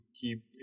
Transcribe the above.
keep